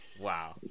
wow